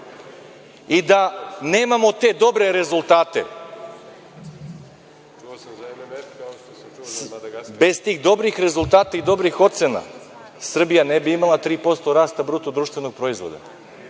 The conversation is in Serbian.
i da nemamo te dobre rezultate, bez tih dobrih rezultata i dobrih ocena, Srbija ne bi imala 3% rasta BDP, nego bi